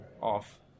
off